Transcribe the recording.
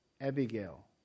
Abigail